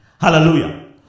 Hallelujah